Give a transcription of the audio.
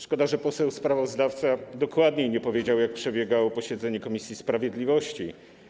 Szkoda, że poseł sprawozdawca dokładniej nie powiedział, jak przebiegało posiedzenie komisji sprawiedliwości.